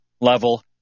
level